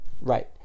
Right